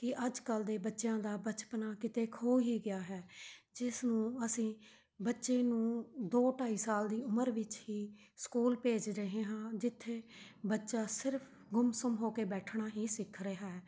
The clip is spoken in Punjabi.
ਕਿ ਅੱਜ ਕੱਲ੍ਹ ਦੇ ਬੱਚਿਆਂ ਦਾ ਬਚਪਨਾ ਕਿਤੇ ਖੋ ਹੀ ਗਿਆ ਹੈ ਜਿਸ ਨੂੰ ਅਸੀਂ ਬੱਚੇ ਨੂੰ ਦੋ ਢਾਈ ਸਾਲ ਦੀ ਉਮਰ ਵਿੱਚ ਹੀ ਸਕੂਲ ਭੇਜ ਰਹੇ ਹਾਂ ਜਿੱਥੇ ਬੱਚਾ ਸਿਰਫ ਗੁੰਮ ਸੁੰਮ ਹੋ ਕੇ ਬੈਠਣਾ ਹੀ ਸਿੱਖ ਰਿਹਾ ਹੈ